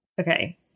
okay